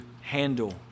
handle